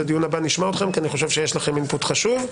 בדיון הבא נשמע אתכם כי אני חושב שיש להם אינפוט חשוב.